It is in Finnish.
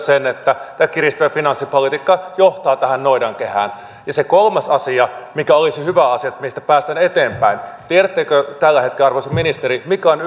sen että tämä kiristävä finanssipolitiikka johtaa tähän noidankehään ja se kolmas asia mikä olisi hyvä asia mistä päästään eteenpäin tiedättekö arvoisa ministeri mikä on